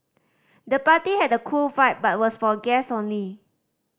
the party had a cool vibe but was for guests only